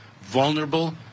vulnerable